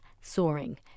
soaring